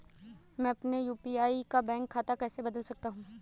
मैं अपने यू.पी.आई का बैंक खाता कैसे बदल सकता हूँ?